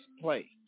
play